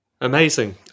amazing